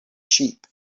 sheep